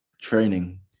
training